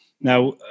now